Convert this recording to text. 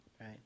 right